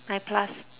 nine plus